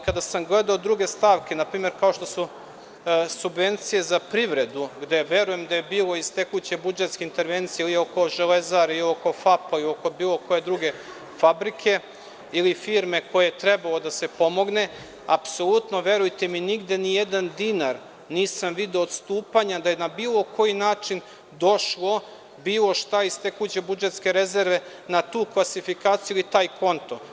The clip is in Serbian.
Kada sam gledao druge stavke kao što su subvencije za privredu gde verujem da je bilo iz tekuće budžetske intervencija oko „Železare“, FAP-a i oko bilo koje druge fabrike ili firme koja je trebalo da se pomogne, apsolutno nijedan jedini dinar nisam video odstupanja da je na bilo koji način došlo bilo šta iz tekuće budžetske rezerve na tu klasifikaciju ili taj konto.